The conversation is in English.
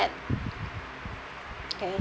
man okay